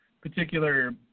particular